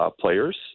players